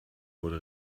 wurde